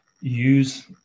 Use